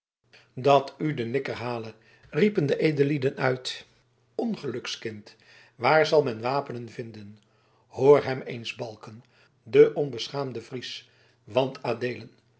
dat u de nikker hale riepen de edellieden uit ongelukskind waar zal men wapenen vinden hoor hem eens balken den onbeschaamden fries